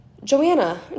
Joanna